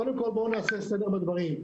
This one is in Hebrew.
קודם כול, בואו נעשה סדר בדברים.